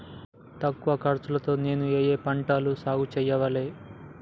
తక్కువ ఖర్చు తో నేను ఏ ఏ పంటలు సాగుచేయాలి?